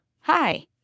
Hi